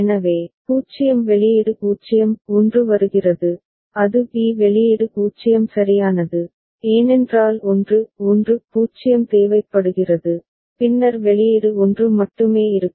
எனவே 0 வெளியீடு 0 1 வருகிறது அது b வெளியீடு 0 சரியானது ஏனென்றால் 1 1 0 தேவைப்படுகிறது பின்னர் வெளியீடு 1 மட்டுமே இருக்கும்